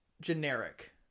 generic